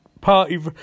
party